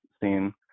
scene